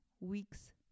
weeks